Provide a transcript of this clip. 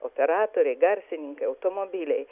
operatoriai garsininkai automobiliai